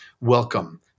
Welcome